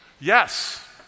Yes